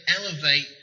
elevate